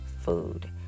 food